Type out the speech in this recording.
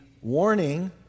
warning